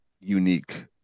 unique